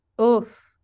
Oof